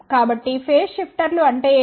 కాబట్టి ఫేజ్ షిఫ్టర్లు అంటే ఏమిటి